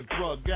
Drug